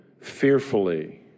fearfully